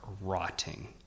rotting